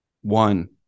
one